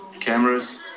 Cameras